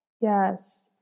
yes